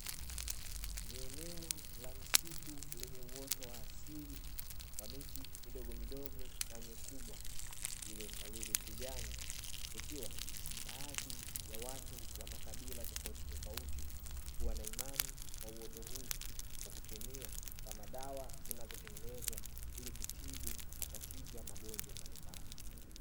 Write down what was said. Ni eneo la msitu lenye uoto wa asili wa miti midogomidogo na mikubwa iliyosawiri ukijani, ikiwa baadhi ya watu wa makabila tofautitofauti huwa na imani na uoto huu; kwa kutumia kama dawa zinazotengenezwa ili kutibu matatizo ya magonjwa mbalimbali.